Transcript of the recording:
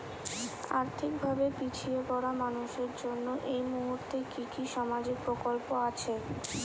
আর্থিক ভাবে পিছিয়ে পড়া মানুষের জন্য এই মুহূর্তে কি কি সামাজিক প্রকল্প আছে?